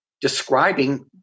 describing